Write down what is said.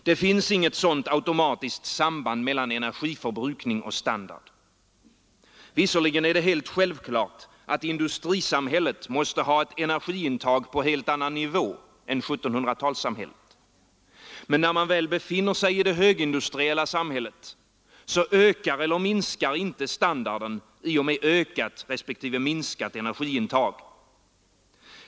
Det finns inget sådant automatiskt samband mellan energiförbrukning och standard. Visserligen är det självklart att industrisamhället måste ha ett energiintag på helt annan nivå än 1700-talssamhället. Men när man väl befinner sig i det högindustriella samhället, ökar eller minskar inte standarden med ökat respektive minskat energiintag.